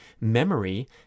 memory